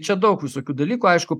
čia daug visokių dalykų aišku